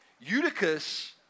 Eutychus